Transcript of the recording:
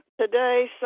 Today